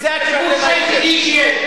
וזה הכיבוש היחיד שיש.